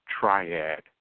triad